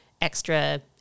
extra